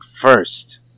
first